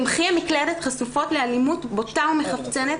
במחי המקלדת חשופות לאלימות בוטה ומחפצנת